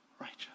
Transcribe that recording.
righteous